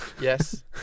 Yes